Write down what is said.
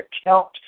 account